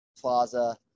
plaza